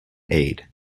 aid